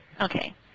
Okay